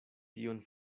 tion